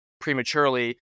prematurely